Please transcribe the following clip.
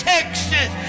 Texas